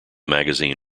magazine